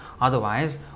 Otherwise